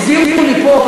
הסבירו לי פה,